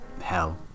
hell